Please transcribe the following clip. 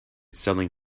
selling